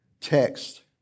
text